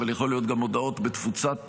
אבל יכול להיות גם הודעות בתפוצה רחבה.